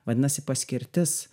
vadinasi paskirtis